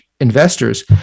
investors